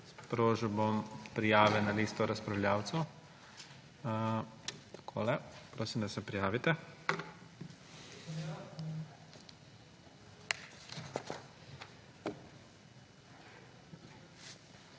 Sprožil bom prijave na listo razpravljavcev. Prosim, da se prijavite.